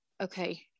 Okay